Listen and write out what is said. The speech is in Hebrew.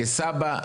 כסבא,